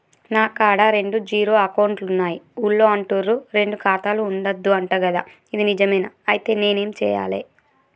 నా కాడా రెండు జీరో అకౌంట్లున్నాయి ఊళ్ళో అంటుర్రు రెండు ఖాతాలు ఉండద్దు అంట గదా ఇది నిజమేనా? ఐతే నేనేం చేయాలే?